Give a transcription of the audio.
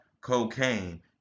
cocaine